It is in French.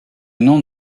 nom